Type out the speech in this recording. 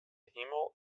himel